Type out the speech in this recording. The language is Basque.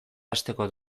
hasteko